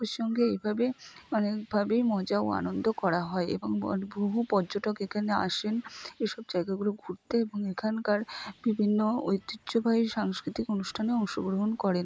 পশ্চিমবঙ্গে এইভাবে অনেকভাবেই মজা ও আনন্দ করা হয় এবং বহু পর্যটক এখানে আসেন এসব জায়গাগুলো ঘুরতে এবং এখানকার বিভিন্ন ঐতিহ্যবাহী সাংস্কৃতিক অনুষ্ঠানে অংশগ্রহণ করেন